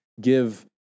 give